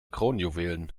kronjuwelen